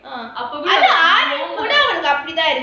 I probably will கூட அவன் அப்டித்தான் இருக்கான்:kooda avan apdithaan irukaan